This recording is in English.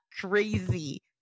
crazy